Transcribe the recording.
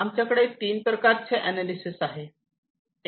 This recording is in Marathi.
आमच्याकडे तीन प्रकारचे अनालिसेस आहे